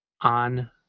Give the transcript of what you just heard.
on